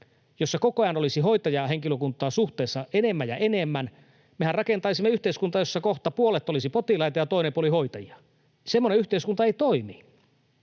jossa koko ajan olisi hoitohenkilökuntaa suhteessa enemmän ja enemmän. Mehän rakentaisimme yhteiskuntaa, jossa kohta puolet olisi potilaita ja toinen puoli hoitajia. Semmoinen yhteiskunta ei toimi.